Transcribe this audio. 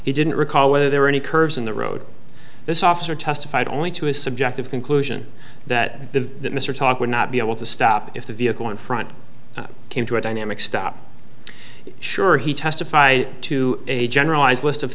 he didn't recall whether there were any curves in the road this officer testified only to his subjective conclusion that the mr talk would not be able to stop if the vehicle in front came to a dynamic stop sure he testified to a generalized list of